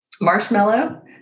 Marshmallow